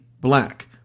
black